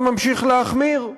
וממשיך להחמיר,